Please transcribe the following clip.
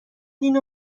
اینو